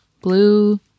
blue